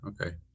okay